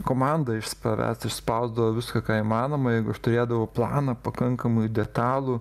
komanda iš spavęs išspausdavo viską ką įmanoma jeigu aš turėdavau planą pakankamai detalų